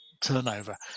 turnover